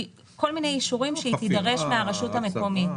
כל מיני אישורים שהיא תידרש מן הרשות המקומית